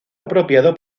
apropiado